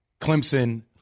Clemson